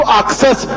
access